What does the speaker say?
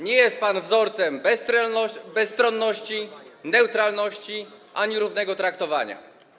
Nie jest pan wzorcem bezstronności, neutralności ani równego traktowania.